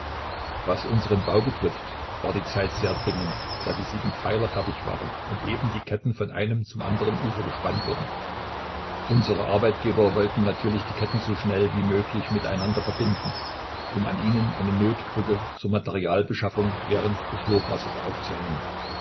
was unseren bau betrifft war die zeit sehr dringend da die sieben pfeiler fertig waren und eben die ketten von einem zum anderen ufer gespannt wurden unsere arbeitgeber wollten natürlich die ketten so schnell wie möglich miteinander verbinden um an ihnen eine notbrücke zur materialbeschaffung während des hochwassers aufzuhängen